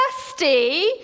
thirsty